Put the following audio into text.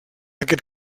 aquest